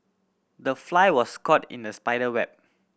the fly was caught in the spider web